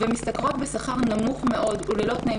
ומשתכרות שכר נמוך מאוד וללא תנאים